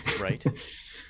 right